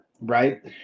right